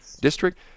district